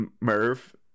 Merv